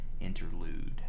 Interlude